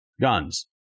guns